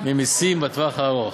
ישראל ממסים בטווח הארוך.